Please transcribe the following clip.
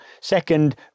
Second